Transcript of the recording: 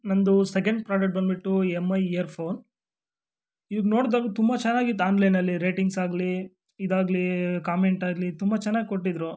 ನನ್ನದು second product ಬಂದ್ಬಿಟ್ಟು M I earphone ಇದು ನೋಡ್ದಾಗ ತುಂಬ ಚೆನ್ನಾಗಿತ್ತು ಆನ್ಲೈನಲ್ಲಿ ರೇಟಿಂಗ್ಸ್ ಆಗಲಿ ಇದಾಗಲಿ ಕಾಮೆಂಟ್ ಆಗಲಿ ತುಂಬ ಚೆನ್ನಾಗಿ ಕೊಟ್ಟಿದ್ದರು